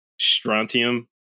strontium